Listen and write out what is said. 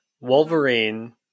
Wolverine